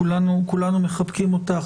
כולנו מחבקים אותך,